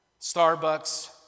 Starbucks